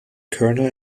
kernel